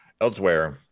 elsewhere